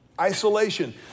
isolation